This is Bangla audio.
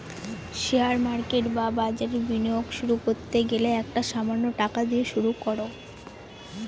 শেয়ার মার্কেট বা বাজারে বিনিয়োগ শুরু করতে গেলে একটা সামান্য টাকা দিয়ে শুরু করো